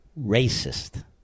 racist